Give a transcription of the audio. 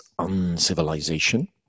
uncivilization